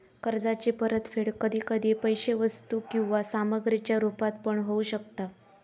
कर्जाची परतफेड कधी कधी पैशे वस्तू किंवा सामग्रीच्या रुपात पण होऊ शकता